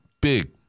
big